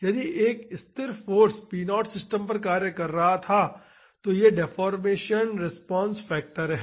यदि एक स्थिर फाॅर्स p0 सिस्टम पर कार्य कर रहा था और यह डेफोर्मेशन रिस्पांस फैक्टर है